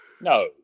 no